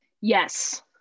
Yes